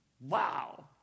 Wow